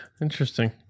Interesting